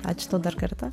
ačiū tau dar kartą